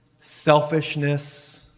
selfishness